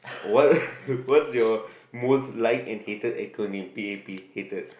what what's your most like and hated acronym p_a_p hated